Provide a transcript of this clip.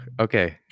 okay